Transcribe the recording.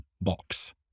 box